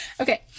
Okay